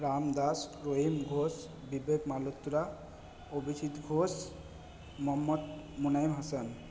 Ram Das Rahim Ghosh Vivek Malhotra Abhijit Ghosh Mohammad Monaim Hasan